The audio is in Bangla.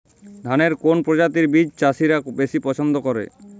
ধানের কোন প্রজাতির বীজ চাষীরা বেশি পচ্ছন্দ করে?